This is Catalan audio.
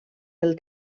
del